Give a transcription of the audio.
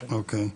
אוקיי.